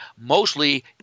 mostly